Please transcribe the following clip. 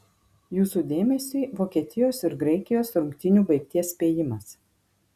jūsų dėmesiui vokietijos ir graikijos rungtynių baigties spėjimas